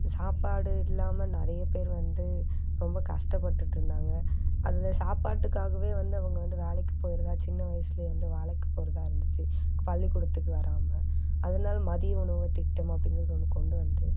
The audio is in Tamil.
சாப்பாடு இல்லாமல் நிறைய பேர் வந்து ரொம்ப கஷ்டப்பட்டுகிட்டு இருந்தாங்க அதில் சாப்பாட்டுக்காகவே வந்து அவங்க வந்து வேலைக்கு போகிறதா சின்ன வயசுலேயே வந்து வேலைக்கு போகிறதா இருந்துச்சு பள்ளிக்கூடத்துக்கு வராமல் அதனால் மதிய உணவுத்திட்டம் அப்படிங்கறது ஒன்று கொண்டுவந்து